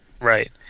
Right